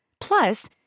Plus